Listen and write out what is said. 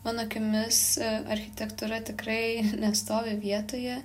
mano akimis architektūra tikrai nestovi vietoje